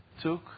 took